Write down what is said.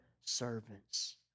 servants